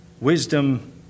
wisdom